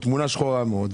תמונה שחורה מאוד.